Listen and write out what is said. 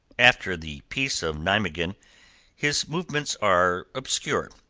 after the peace of nimeguen his movements are obscure.